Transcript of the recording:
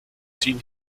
ziehen